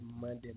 Monday